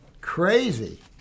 Crazy